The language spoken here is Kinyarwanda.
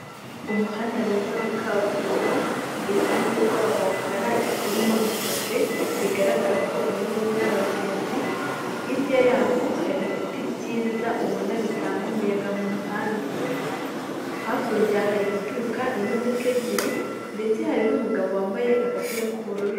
Umuhanda mwiza wa kaburimbo, iruhande rwaho hari urimo amapave, bigaragara ko unyurwamo n'abagenzi, hirya yaho hari ibiti byiza ubona bitanga umuyaga mu muhanda. Hakurya hari guturuka imodoka ebyiri ndetse hari n'umugabo wambaye agapira k'ubururu.